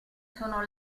sono